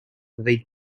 they